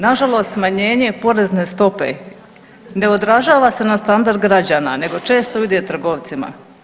Na žalost smanjenje porezne stope ne odražava se na standard građana nego često ide trgovcima.